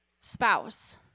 spouse